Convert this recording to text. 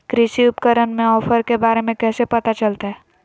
कृषि उपकरण के ऑफर के बारे में कैसे पता चलतय?